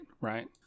right